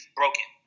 broken